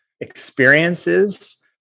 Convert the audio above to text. experiences